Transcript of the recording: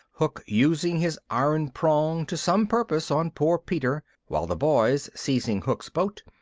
hook using his iron prong to some purpose on poor peter, while the boys seizing hook's boat,